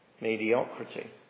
mediocrity